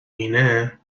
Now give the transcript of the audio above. اینه